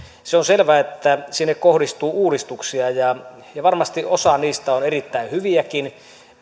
se on selvää että sinne kohdistuu uudistuksia ja ja varmasti osa niistä on erittäin hyviäkin